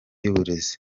y’uburezi